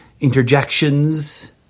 interjections